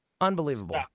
unbelievable